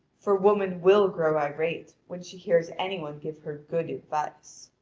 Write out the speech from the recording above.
for woman will grow irate when she hears any one give her good advice.